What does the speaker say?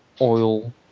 oil